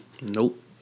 Nope